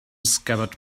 scabbard